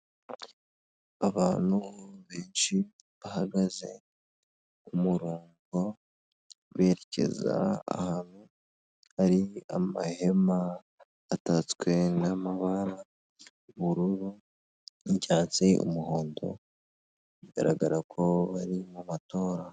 Abantu benshi bahagaze ku murongo berekeza ahantu hari amahema atatswe n'amabara y'ubururu, n'cyatsi, umuhondo bigaragara ko bari mu matora.